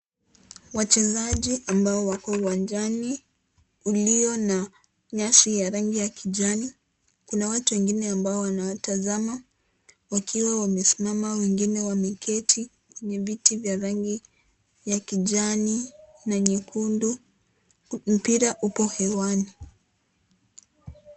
Wachezaji ambao wako uwanjani ulio na nyasi ya rangi ya kijani, kuna watu wengine ambao wanawatazama wakiwa wamesimama wengine wameketi kwenye viti vya rangi ya kijani na nyekundu. Mpira upo hewani.